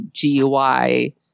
gui